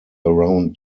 around